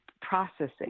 processing